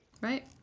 Right